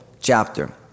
chapter